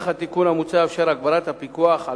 התיקון המוצע יאפשר את הגברת הפיקוח על